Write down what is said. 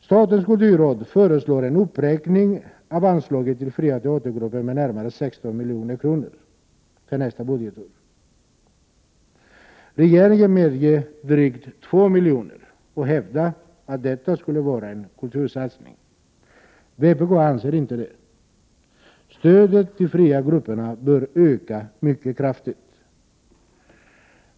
Statens kulturråd föreslår en uppräkning av anslaget till fria teatergrupper med närmare 16 milj.kr. för nästa budgetår. Regeringen medger drygt 2 miljoner och hävdar att detta skulle vara en kultursatsning. Vpk anser inte det. Stödet till de fria grupperna bör öka mycket kraftigt.